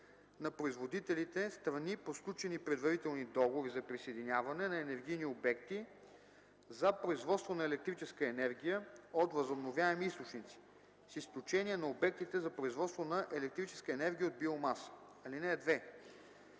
на производителите – страни по сключени предварителни договори за присъединяване на енергийни обекти за производство на електрическа енергия от възобновяеми източници, с изключение на обектите за производство на електрическа енергия от биомаса. (2)